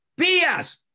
BS